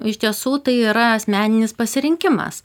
iš tiesų tai yra asmeninis pasirinkimas